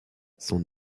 son